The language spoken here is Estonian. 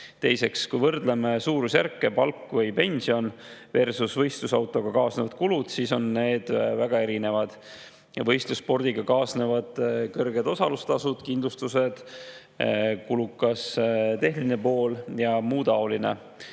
Teiseks, kui võrdleme suurusjärke – palk või pensionversusvõistlusautoga kaasnevad kulud –, siis [näeme, et] need on väga erinevad. Võistlusspordiga kaasnevad kõrged osalustasud, kindlustused, kulukas tehniline pool ja muu taoline.